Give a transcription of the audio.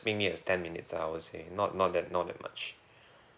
mainly as ten minutes lah I would say not not that not that much